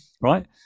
right